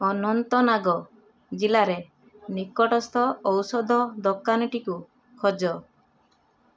ଅନନ୍ତନାଗ ଜିଲ୍ଲାରେ ନିକଟସ୍ଥ ଔଷଧ ଦୋକାନଟିକୁ ଖୋଜ